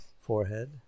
forehead